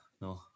No